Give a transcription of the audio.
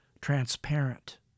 transparent